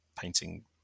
painting